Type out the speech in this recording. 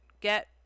get